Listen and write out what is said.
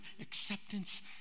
acceptance